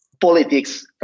politics